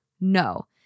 No